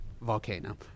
Volcano